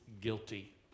guilty